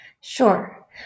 Sure